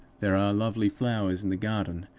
there are lovely flowers in the garden,